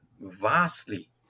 vastly